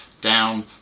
down